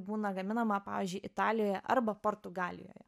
būna gaminama pavyzdžiui italijoje arba portugalijoje